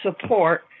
support